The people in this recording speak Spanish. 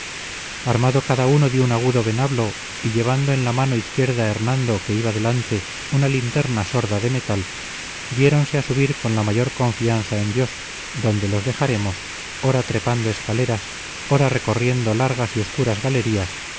armado cada uno de un agudo venablo y llevando en la mano izquierda hernando que iba delante una linterna sorda de metal diéronse a subir con la mayor confianza en dios donde los dejaremos ora trepando escaleras ora recorriendo largas y oscuras galerías